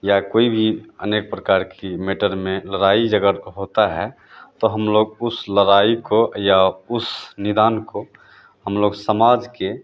या कोई भी अनेक प्रकार के मैटर में लड़ाई झगड़ा होता है तो हम लोग उस लड़ाई को या उस निदान को हम लोग समाज के